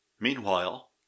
Meanwhile